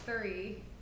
three